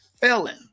felon